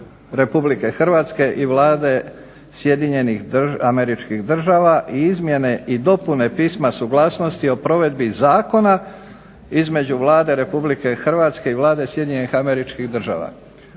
Republike Hrvatske i Vlade Sjedinjenih Američkih Država i izmjene i dopune Pisma suglasnosti o provedbi zakona između Vlade Republike Hrvatske i Vlade Sjedinjenih Američkih Država.